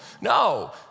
No